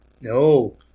No